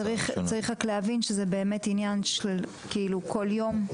רק צריך להבין שזה באמת עניין של כל יום,